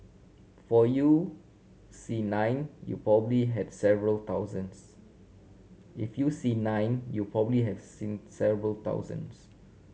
for you see nine you probably have several thousands if you see nine you probably have seen several thousands